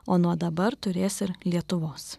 o nuo dabar turės ir lietuvos